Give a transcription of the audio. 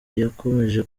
yakomeje